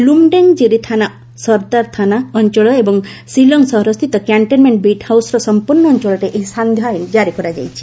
ଲୁମ୍ଡେଙ୍ଗ୍ଜିରି ଥାନା ସର୍ଦ୍ଦାର ଥାନା ଅଞ୍ଚଳ ଏବଂ ଶିଲଂ ସହରସ୍ଥିତ କ୍ୟାକ୍ଷନ୍ମେଣ୍ଟ ବିଟ୍ ହାଉସ୍ର ସମ୍ପର୍ଣ୍ଣ ଅଞ୍ଚଳରେ ଏହି ସାନ୍ଧ୍ୟ ଆଇନ କାରି କରାଯାଇଛି